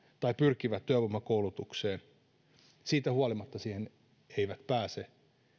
tai pyrkivät työvoimakoulutukseen ja siitä huolimatta siihen eivät pääse